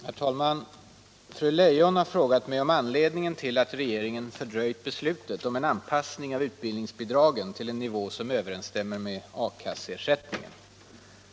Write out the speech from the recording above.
Herr talman! Fru Leijon har frågat mig om anledningen till att regeringen fördröjt beslutet om en anpassning av utbildningsbidragen till en nivå som överensstämmer med A-kasseersättningen.